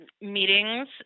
meetings